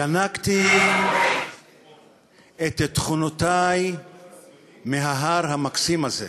ינקתי את תכונותי מההר המקסים הזה.